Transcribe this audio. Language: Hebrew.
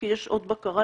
כי יש עוד בקרה,